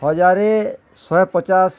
ହଜାର ଶହେ ପଚାଶ